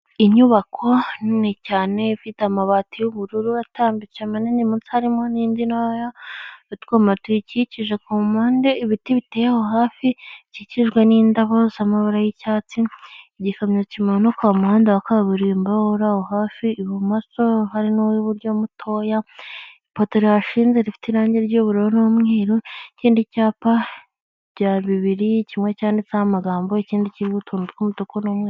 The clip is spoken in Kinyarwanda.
Inyubako nini cyane ifite amabati y'ubururu, atambitse manini muto harimo n'indi ntoya, utwuma tuyikikije ku mpande, ibiti biteye aho hafi, bikikijwe n'indabo z'amabara y'icyatsi, igikamyo kimanuka mu umuhanda wa kaburimbo uri aho hafi, ibumoso hari n'uw'iburyo mutoya, ipoto rihashinze rifite irangi ry'ubururu n'umweru, ikindi cyapa bya bibiri kimwe cyanditseho amagambo, ikindi kiriho utuntu tw'umutuku n'umweru.